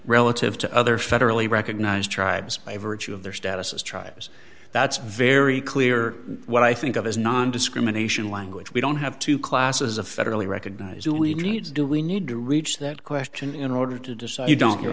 relative to other federally recognized tribes by virtue of their status as tribes that's very clear what i think of as nondiscrimination language we don't have two classes of federally recognized we need to do we need to reach that question in order to decide you don't your